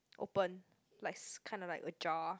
open likes kinda like a jar